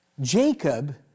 Jacob